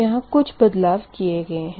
यहाँ कुछ बदलाव किए गए है